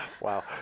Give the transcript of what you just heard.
Wow